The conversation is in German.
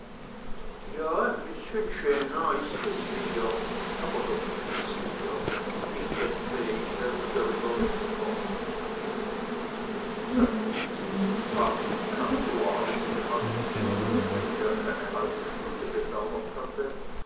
ja ein bißchen genant ist es mir aber doch nicht sehr und ich denke ich werde darüber wegkommen nach diesem im pfarr und kantorhause gemachten besuche der keine halbe stunde gedauert hatte